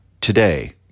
Today